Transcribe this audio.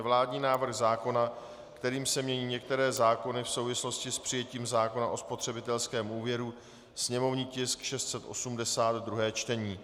Vládní návrh zákona, kterým se mění některé zákony v souvislosti s přijetím zákona o spotřebitelském úvěru /sněmovní tisk 680/ druhé čtení